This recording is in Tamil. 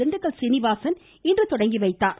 திண்டுக்கல் சீனிவாசன் இன்று தொடங்கி வைத்தார்